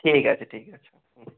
ঠিক আছে ঠিক আছে হুম